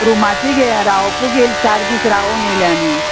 रुमाची घे रावपूंक येयली चार दीस रावोंक येयल्या आमी